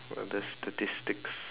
what other statistics